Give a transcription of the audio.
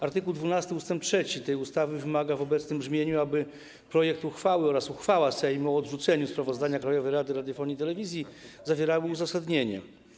Art. 12 ust. 3 tej ustawy wymaga w nowym brzemieniu, aby projekt uchwały oraz uchwała Sejmu o odrzuceniu sprawozdania Krajowej Rady Radiofonii i Telewizji zawierały uzasadnienie.